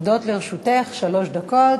עומדות לרשותך שלוש דקות.